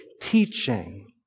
teaching